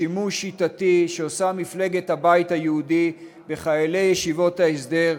שימוש שיטתי שעושה מפלגת הבית היהודי בחיילי ישיבות ההסדר,